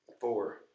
four